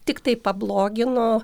tiktai pablogino